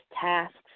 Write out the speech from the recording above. tasks